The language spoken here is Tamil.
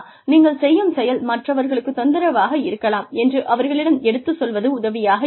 நீங்கள் செய்யும் செயல் மற்றவர்களுக்குத் தொந்தரவாக இருக்கலாம்' என்று அவர்களிடம் எடுத்துச் சொல்வது உதவியாக இருக்கும்